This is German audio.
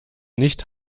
nicht